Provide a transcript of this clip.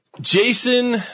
Jason